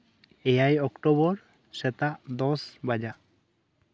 ᱮᱭᱟᱭ ᱚᱠᱴᱳᱵᱚᱨ ᱥᱮᱛᱟᱜ ᱫᱚᱥ ᱵᱟᱡᱟ